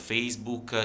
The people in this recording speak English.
Facebook